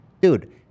dude